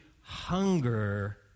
hunger